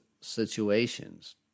situations